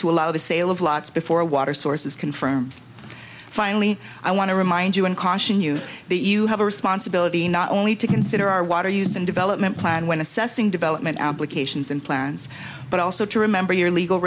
to allow the sale of lots before water sources confirm finally i want to remind you and caution you that you have a responsibility not only to consider our water use and development plan when assessing development application and plans but also to remember your legal